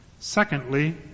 Secondly